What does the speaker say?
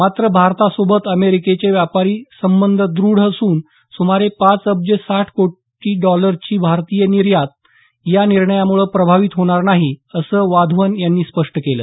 मात्र भारतासोबत अमेरिकेचे व्यापारी संबंध द्रढ असून सुमारे पाच अब्ज साठ कोटी डॉलरची भारतीय निर्यात या निर्णयामुळे प्रभावित होणार नाही असं वाधवन यांनी स्पष्ट केलं